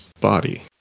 body